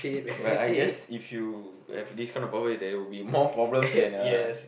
well I guess if you have this kind of power there will be more problems than uh